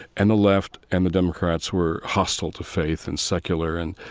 and the left and the democrats were hostile to faith and secular. and,